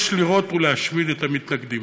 יש לירות ולהשמיד את המתנגדים.